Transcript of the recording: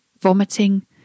vomiting